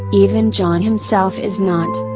even john himself is not.